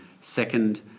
second